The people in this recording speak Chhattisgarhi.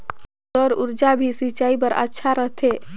सौर ऊर्जा भी सिंचाई बर अच्छा रहथे?